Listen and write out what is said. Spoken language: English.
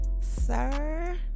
Sir